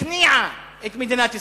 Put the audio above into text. הכניעה את מדינת ישראל.